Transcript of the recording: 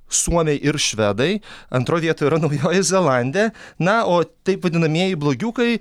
suomiai ir švedai antroj vietoj yra naujoji zelande na o taip vadinamieji blogiukai